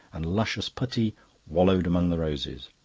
and luscious putti wallowed among the roses.